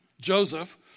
Joseph